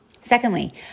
Secondly